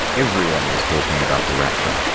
everyone was talking about the rapture.